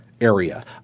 area